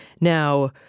Now